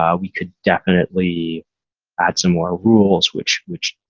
um we could definitely add some more rules, which which